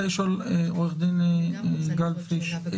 עו"ד גלבפיש,